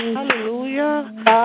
Hallelujah